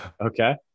okay